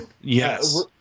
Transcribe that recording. Yes